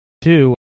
two